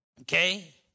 okay